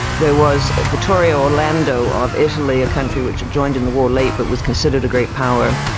there was vittorio orlando of italy, a country which had joined in the war late, but was considered a great power.